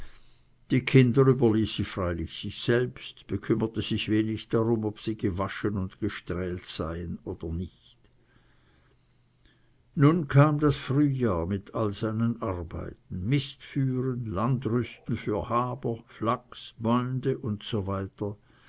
die kinder überließ sie freilich sich selbst bekümmerte sich wenig darum ob sie gewaschen und gestrählt seien oder nicht nun kam das frühjahr mit allen seinen arbeiten mist führen land rüsten für haber flachs bäunde usw